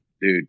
Dude